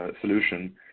solution